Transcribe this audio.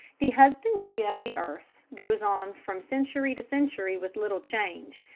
the husbandry of the earth goes on from century to century with little change,